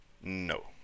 No